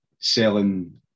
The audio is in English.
selling